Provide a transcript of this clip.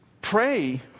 pray